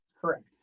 Correct